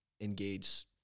engage